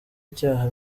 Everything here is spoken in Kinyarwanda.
icyaha